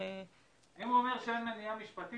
--- אם הוא אומר שאין מניעה משפטית